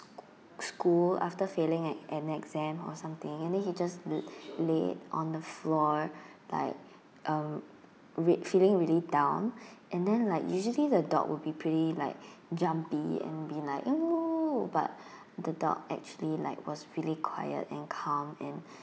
school after failing an an exam or something and then he just la~ lay on the floor like um re~ feeling really down and then like usually the dog will be pretty like jumpy and be like !woo! but the dog actually like was really quiet and calm and